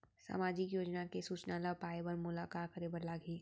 सामाजिक योजना के सूचना ल पाए बर मोला का करे बर लागही?